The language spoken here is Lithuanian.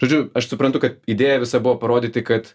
žodžiu aš suprantu kad idėja visa buvo parodyti kad